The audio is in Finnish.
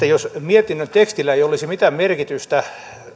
jos mietinnön tekstillä ei olisi mitään merkitystä